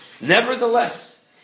Nevertheless